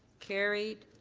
carried.